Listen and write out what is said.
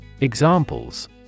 Examples